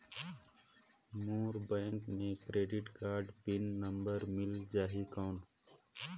मोर bank मे credit card PIN number मिल जाहि कौन?